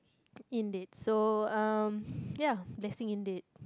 indeed so uh ya blessing indeed